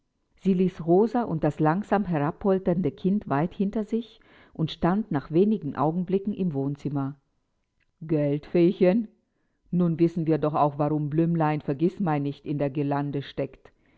sie ließ rosa und das langsam herabpolternde kind weit hinter sich und stand nach wenigen augenblicken im wohnzimmer gelt feechen nun wissen wir doch auch warum blümelein vergißmeinnicht in der guirlande steckt